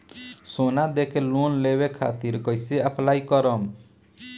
सोना देके लोन लेवे खातिर कैसे अप्लाई करम?